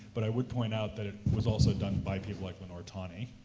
but i would point out that it was also done by people like lenore tawney,